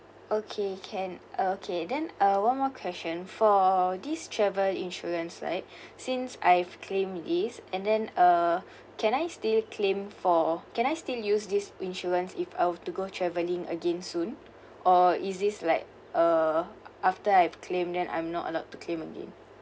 okay can okay then uh one more question for this travel insurance right since I've claimed these and then uh can I still claim for can I still use this insurance if I've to go traveling again soon or is this like uh after I've claimed then I'm not allowed to claim again